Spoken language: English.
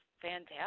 fantastic